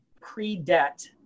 pre-debt